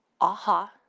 aha